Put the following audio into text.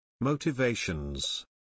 Motivations